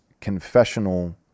Confessional